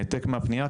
העתק מהפנייה,